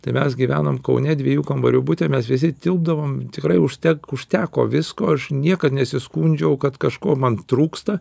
tai mes gyvenom kaune dviejų kambarių bute mes visi tilpdavom tikrai užtek užteko visko aš niekad nesiskundžiau kad kažko man trūksta